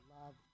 love